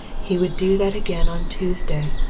he would do that again on tuesday,